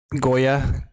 Goya